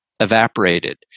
evaporated